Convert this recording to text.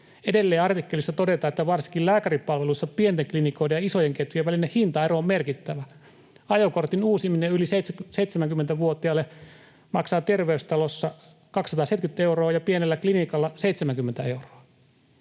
Edelleen artikkelissa todetaan, että varsinkin lääkäripalveluissa pienten klinikoiden ja isojen ketjujen välinen hintaero on merkittävä. Ajokortin uusiminen yli 70-vuotiaalle maksaa Terveystalossa 270 euroa ja pienellä klinikalla 70 euroa.